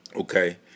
Okay